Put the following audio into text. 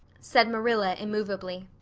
said marilla immovably.